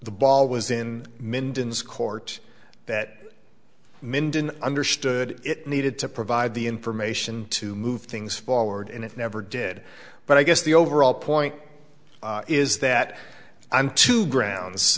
the ball was in mindon court that mindon understood it needed to provide the information to move things forward and it never did but i guess the overall point is that i'm two grounds